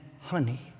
honey